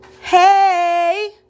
hey